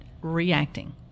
reacting